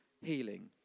healing